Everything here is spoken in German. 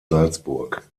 salzburg